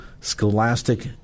scholastic